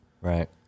Right